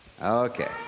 Okay